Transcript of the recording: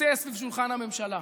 לכיסא סביב שולחן הממשלה.